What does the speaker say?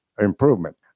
improvement